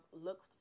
look